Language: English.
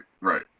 right